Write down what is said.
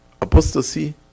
Apostasy